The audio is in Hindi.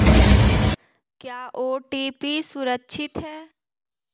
क्या ओ.टी.पी सुरक्षित है?